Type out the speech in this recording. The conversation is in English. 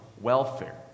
welfare